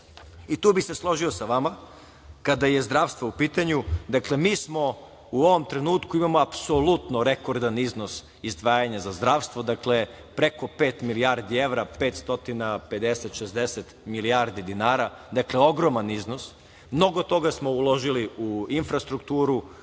i tu bih se složio sa vama, kada je zdravstvo u pitanju. Dakle, mi smo, u ovom trenutku imamo apsolutno rekordan iznos izdvajanja za zdravstvo, dakle preko pet milijardi evra, 550, 560 milijardi dinara. Dakle, ogroman iznos. Mnogo toga smo uložili u infrastrukturu,